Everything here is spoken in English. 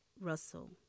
Russell